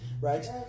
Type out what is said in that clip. right